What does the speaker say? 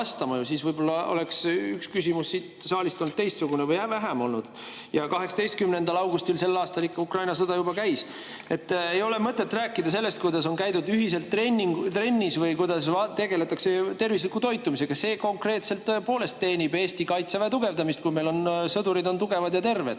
siis võib-olla oleks üks küsimus siit saalist olnud teistsugune või oleks küsimusi vähem. Ja 18. augustil sel aastal ikka Ukraina sõda juba käis. Ei ole mõtet rääkida sellest, kuidas on käidud ühiselt trennis või kuidas tegeletakse tervisliku toitumisega. See konkreetselt tõepoolest teenib Eesti Kaitseväe tugevdamist, kui meil sõdurid on tugevad ja terved.